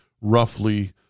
roughly